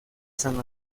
san